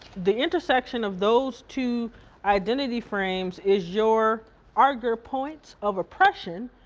the intersection of those two identity frames is your auger point of oppression.